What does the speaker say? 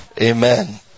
Amen